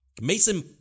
mason